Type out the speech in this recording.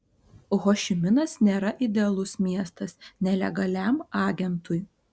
hošiminas nėra idealus miestas nelegaliam agentui